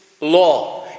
law